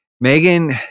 Megan